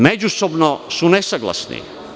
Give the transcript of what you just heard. Međusobno su nesaglasni.